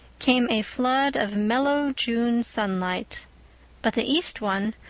came a flood of mellow june sunlight but the east one,